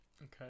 Okay